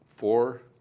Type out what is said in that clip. Four